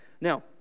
now